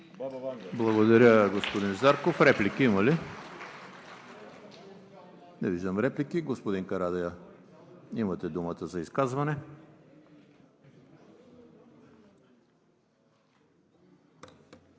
Благодаря, господин Зарков. Реплики има ли? Не виждам реплики. Господин Карадайъ, имате думата за изказване.